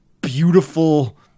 beautiful